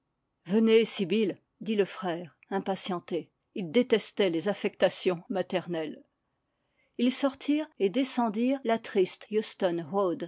venez sibyl dit le frère impatienté il détestait les affectations maternelles ils sortirent et descendirent la triste